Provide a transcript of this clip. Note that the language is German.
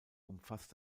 umfasst